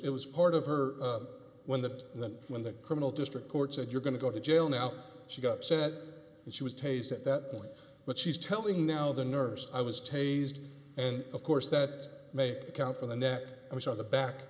it was part of her when the when the criminal district court said you're going to go to jail now she got said and she was tasered at that point but she's telling now the nurse i was tasered and of course that may account for the neck i was on the back